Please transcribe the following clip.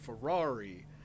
Ferrari